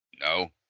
No